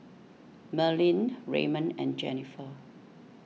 Merlyn Raymon and Jenifer